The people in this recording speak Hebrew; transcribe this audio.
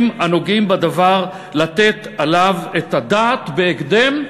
הנוגעים בדבר לתת עליו את הדעת בהקדם",